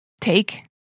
take